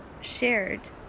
shared